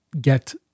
get